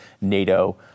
NATO